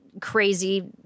crazy